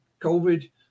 COVID